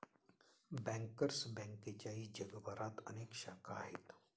bankers बँकेच्याही जगभरात अनेक शाखा आहेत